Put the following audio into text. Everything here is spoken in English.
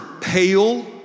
pale